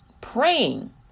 praying